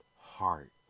heart